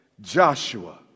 Joshua